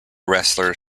wrestler